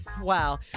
Wow